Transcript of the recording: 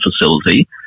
facility